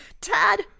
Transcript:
Tad